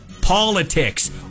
politics